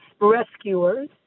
rescuers